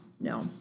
No